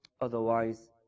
Otherwise